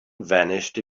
vanished